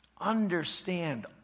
understand